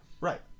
right